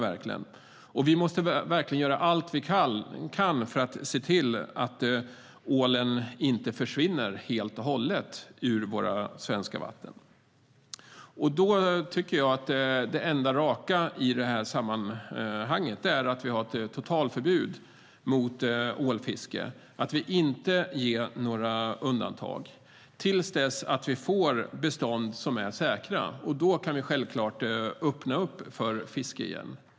Vi måste göra allt vi kan för att se till att ålen inte försvinner helt ur våra svenska vatten. Då är det enda raka att ha ett totalförbud mot ålfiske och att inte ge några undantag förrän vi får bestånd som är säkra. Då kan vi självklart öppna för fiske igen.